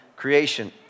Creation